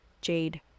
jade